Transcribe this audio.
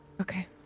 Okay